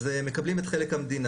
אז מקבלים את חלק המדינה.